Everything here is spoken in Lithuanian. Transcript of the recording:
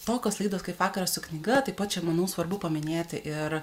tokios laidos kaip vakaras su knyga taip pat čia manau svarbu paminėti ir